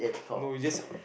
no you just